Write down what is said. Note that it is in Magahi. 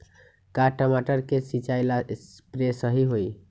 का टमाटर के सिचाई ला सप्रे सही होई?